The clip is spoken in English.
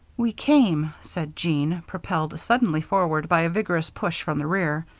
we came, said jean, propelled suddenly forward by a vigorous push from the rear,